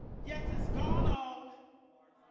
yes, it's gone on far